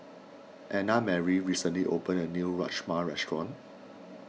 Annamarie recently opened a new Rajma restaurant